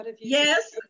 Yes